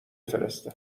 فرسته